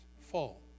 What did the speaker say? Full